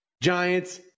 Giants